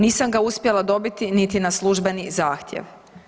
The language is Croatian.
Nisam ga uspjela dobiti niti na službeni zahtjev.